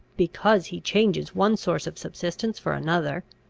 because he changes one source of subsistence for another.